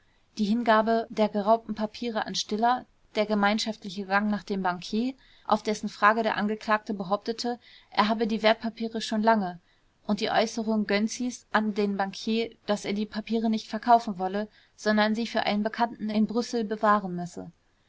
die hingabe der geraubten papiere an stiller der gemeinschaftliche gang nach dem bankier auf dessen frage der angeklagte behauptete er habe die wertpapiere schon lange und die äußerung gönczis an den bankier daß er die papiere nicht verkaufen wolle sondern sie für einen bekannten in brüssel bewahren müsse